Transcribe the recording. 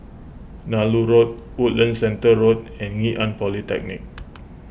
Nallur Road Woodlands Centre Road and Ngee Ann Polytechnic